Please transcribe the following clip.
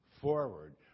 forward